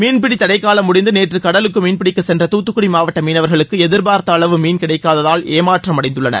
மீன்பிடி தடைகாலம் முடிந்து நேற்று கடலுக்கு மீன்பிடிக்கச் சென்ற தூத்துக்குடி மாவட்ட மீனவர்களுக்கு எதிர்பார்த்த அளவு மீன் கிடைக்காததால் ஏமாற்றமடைந்துள்ளனர்